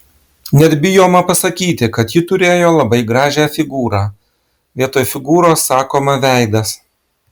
net bijoma pasakyti kad ji turėjo labai gražią figūrą vietoj figūros sakoma veidas